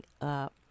up